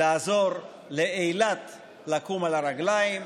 לעזור לאילת לקום על הרגליים,